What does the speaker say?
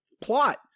plot